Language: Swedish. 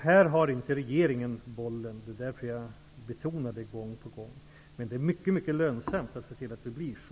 Här har inte regeringen bollen. Det är därför jag betonar det gång på gång. Men det är mycket mycket lönsamt att se till att det blir så.